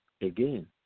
again